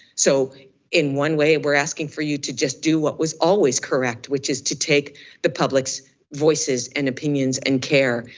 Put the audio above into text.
so in one way, we're asking for you to just do what was always correct, which is to take the public's voices and opinions and care,